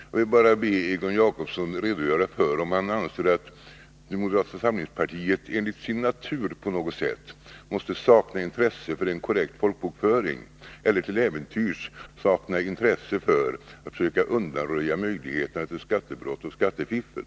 Jag vill bara be Egon Jacobsson redogöra för om han anser att moderata samlingspartiet i överensstämmelse med sin natur på något sätt måste sakna intresse för en korrekt folkbokföring eller till äventyrs måste sakna intresse för att försöka undanröja möjligheterna till skattebrott och skattefiffel.